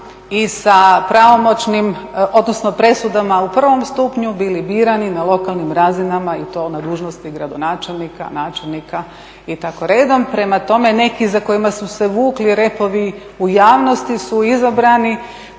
i sa pravomoćnim, odnosno presudama u prvom stupnju bili birani na lokalnim razinama i to na dužnosti gradonačelnika, načelnika i tako redom. Prema tome, neki za kojima su se vukli repovi u javnosti su izabrani,